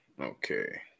Okay